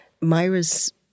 Myra's